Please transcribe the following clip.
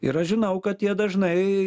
ir aš žinau kad jie dažnai